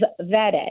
vetted